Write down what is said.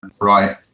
Right